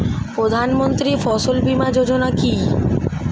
প্রধানমন্ত্রী ফসল বীমা যোজনা কি?